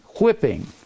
whipping